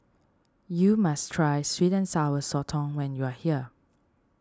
you must try sweet and Sour Sotong when you are here